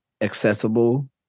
accessible